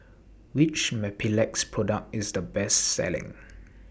Which Mepilex Product IS The Best Selling